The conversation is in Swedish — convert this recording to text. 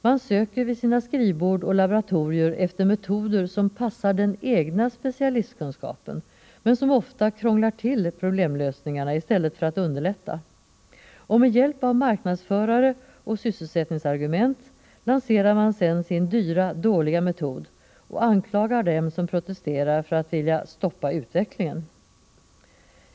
Man söker vid sina skrivbord och laboratorier efter metoder som passar den egna specialistkunskapen men som ofta krånglar till problemlösningarna i stället för att underlätta. Med hjälp av marknadsförare och sysselsättningsargument lanserar man sedan sin dyra, dåliga metod och anklagar dem som protesterar för att vilja ”stoppa utvecklingen”.